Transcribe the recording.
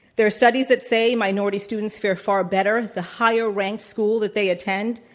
there are studies that say minority students fair far better, the higher ranked school that they attend,